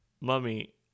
Mummy